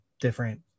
different